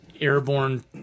airborne